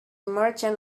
merchant